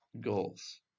goals